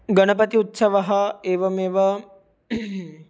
गणपति उत्सवः एवमेव